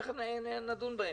תכף נדון בהם.